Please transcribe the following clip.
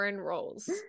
roles